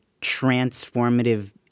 transformative